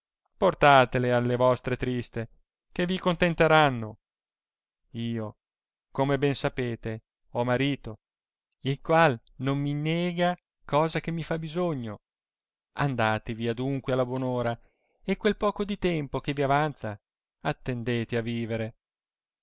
volete portatele alle vostre triste che vi contenteranno io come ben sapete ho marito il qual non mi niega cosa che mi fa bisogno andatevi adunque alla buon ora e quel poco di tempo che vi avanza attendete a vivere